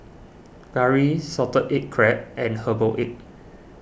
Curry Salted Egg Crab and Herbal Egg